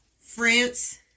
France